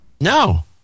No